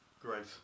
Great